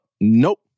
nope